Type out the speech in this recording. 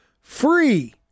Free